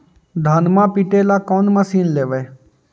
धनमा पिटेला कौन मशीन लैबै?